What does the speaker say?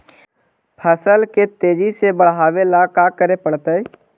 फसल के तेजी से बढ़ावेला का करे पड़तई?